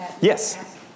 Yes